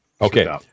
Okay